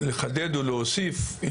לחדד ולהוסיף.